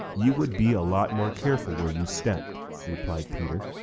you would be a lot more careful where you step, replied peter.